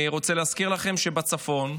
אני רוצה להזכיר לכם שבצפון,